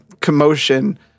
commotion